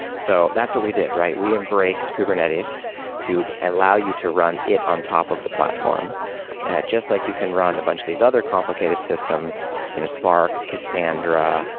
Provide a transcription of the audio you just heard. so that's what we did, right? we embraced kubernetes to allow you to run it on top of the platform just like you can run a bunch of these other complicated systems spark, cassandra,